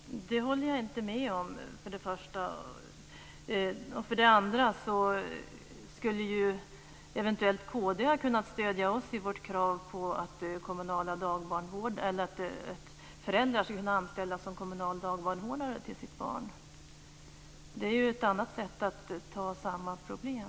Herr talman! Det håller jag inte med om. Kristdemokraterna skulle ju ha kunnat stödja oss i vårt krav på att föräldrar ska kunna anställas som kommunal barnvårdare till sitt barn. Det är ett annat sätt att angripa samma problem.